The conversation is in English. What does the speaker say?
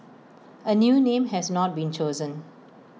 A new name has not been chosen